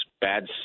bad